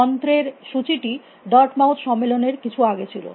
যন্ত্রের সূচীটি ডার্টমাউথ সম্মেলনের কিছু আগে ছিল